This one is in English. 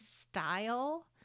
style